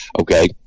okay